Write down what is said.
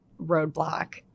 roadblock